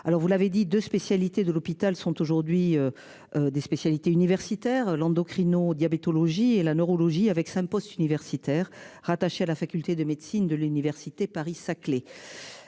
Alors vous l'avez dit de spécialités de l'hôpital sont aujourd'hui. Des spécialités universitaires landau créneau diabétologie et la neurologie avec 5 post-universitaire rattaché à la faculté de médecine de l'université Saclay.